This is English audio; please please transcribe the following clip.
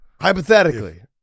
Hypothetically